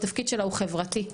התפקיד שלה הוא חברתי.